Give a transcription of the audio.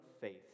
faith